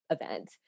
event